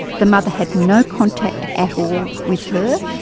the mother had no contact at all with her,